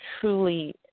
truly